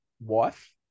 wife